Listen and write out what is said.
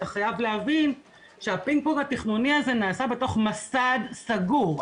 אתה חייב להבין שהפינג-פונג התכנוני הזה נעשה בתוך מסד סגור.